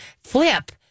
flip